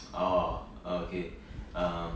oh ah okay um